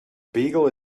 beagle